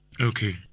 Okay